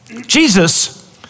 Jesus